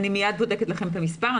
מיד אבדוק את המספר.